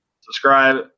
Subscribe